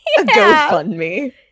GoFundMe